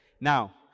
Now